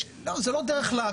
לא, זאת לא דרך לעקוף.